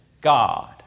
God